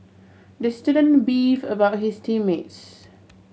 the student beefed about his team mates